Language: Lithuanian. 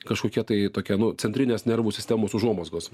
kažkokia tai tokia nu centrinės nervų sistemos užuomazgos